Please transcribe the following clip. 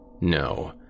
No